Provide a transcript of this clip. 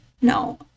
No